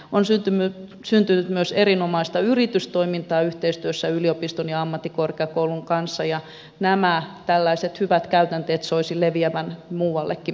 on syntynyt myös erinomaista yritystoimintaa yhteistyössä yliopiston ja ammattikorkeakoulun kanssa ja tällaisten hyvien käytänteiden soisi leviävän muuallekin päin suomeen